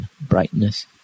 brightness